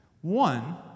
One